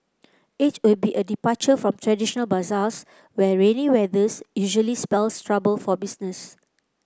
it will be a departure from traditional bazaars where rainy weathers usually spells trouble for business